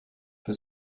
que